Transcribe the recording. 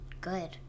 good